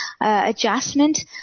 adjustment